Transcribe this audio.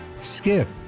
Skip